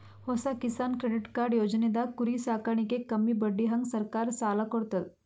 ಹೊಸ Kisan credit card ಯೋಜನೆದಾಗ್ ಕುರಿ ಸಾಕಾಣಿಕೆಗ್ ಕಮ್ಮಿ ಬಡ್ಡಿಹಂಗ್ ಸರ್ಕಾರ್ ಸಾಲ ಕೊಡ್ತದ್